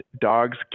dogs